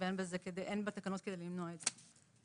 ואין בתקנות כדי למנוע את זה.